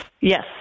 Yes